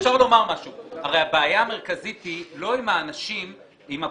הרי הבעיה המרכזית היא לא עם האנשים הפושעים.